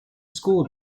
school